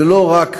זה לא רק